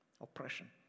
Oppression